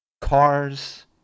cars